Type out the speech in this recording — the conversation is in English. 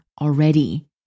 already